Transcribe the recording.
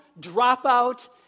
dropout